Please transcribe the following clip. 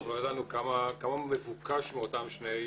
אנחנו לא ידענו כמה מבוקש מאותם שני אנשים,